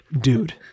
Dude